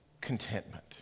contentment